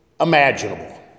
imaginable